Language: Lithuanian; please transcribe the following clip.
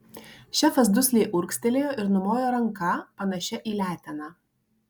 šefas dusliai urgztelėjo ir numojo ranka panašia į leteną